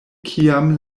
kiam